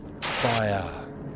Fire